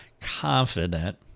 confident